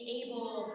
able